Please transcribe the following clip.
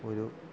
ഒരു